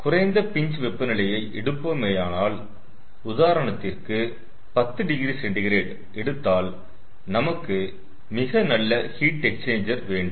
நாம் குறைந்த பின்ச் வெப்பநிலையை எடுப்போமேயானால் உதாரணத்திற்கு 10oC எடுத்தால் நமக்கு மிக நல்ல ஹீட் எக்ஸ்சேஞ்சர் வேண்டும்